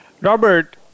Robert